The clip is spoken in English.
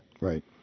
right